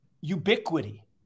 ubiquity